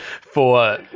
for-